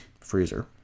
Freezer